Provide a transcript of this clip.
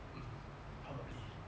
mm probably eh